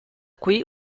qui